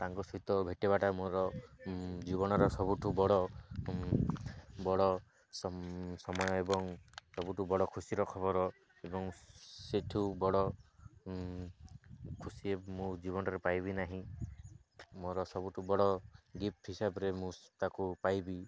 ତାଙ୍କ ସହିତ ଭେଟିବାଟା ମୋର ଜୀବନର ସବୁଠୁ ବଡ଼ ବଡ଼ ସମୟ ଏବଂ ସବୁଠୁ ବଡ଼ ଖୁସିର ଖବର ଏବଂ ସେଠୁ ବଡ଼ ଖୁସି ମୋ ଜୀବନରେ ପାଇବି ନାହିଁ ମୋର ସବୁଠୁ ବଡ଼ ଗିଫ୍ଟ ହିସାବରେ ମୁଁ ତାକୁ ପାଇବି